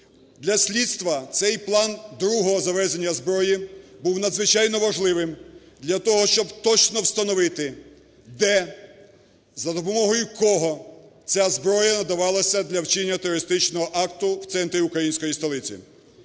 Для слідства цей план другого завезення зброї був надзвичайно важливим для того, щоб точно встановити, де, за допомогою кого ця зброя надавалася для вчинення терористичного акту в центрі української столиці.